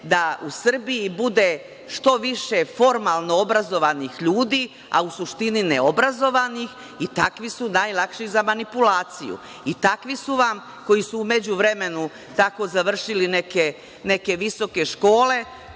da u Srbiji bude što više formalno obrazovanih ljudi, a u suštini neobrazovanih i takvi su najlakši za manipulaciju. Takvi su vam koji su u međuvremenu tako završili neke visoke škole,